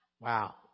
Wow